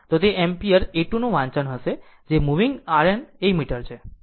તો તે ammeter a 2 નું વાંચન હશે જે મુવીગ આર્યન એમીટર છે